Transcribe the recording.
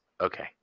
Okay